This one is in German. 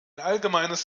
allgemeines